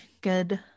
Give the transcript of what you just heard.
Good